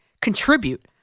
contribute